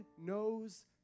knows